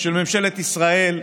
של ממשלת ישראל,